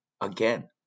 again